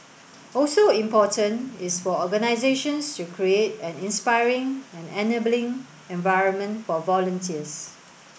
also important is for organisations to create an inspiring and enabling environment for volunteers